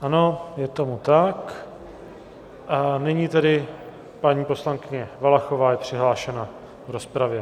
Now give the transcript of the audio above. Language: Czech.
Ano, je tomu tak, a nyní tedy paní poslankyně Valachová je přihlášena v rozpravě.